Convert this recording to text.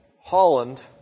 Holland